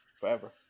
forever